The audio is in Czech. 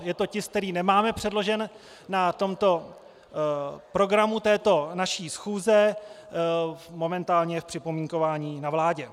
Je to tisk, který nemáme předložen na programu této naší schůze, momentálně je v připomínkování na vládě.